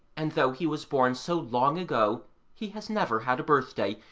and though he was born so long ago he has never had a birthday,